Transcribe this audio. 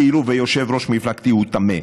כאילו יושב-ראש מפלגתי הוא טמא.